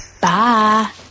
Bye